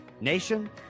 Nation